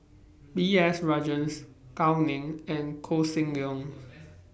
B S Rajhans Gao Ning and Koh Seng Leong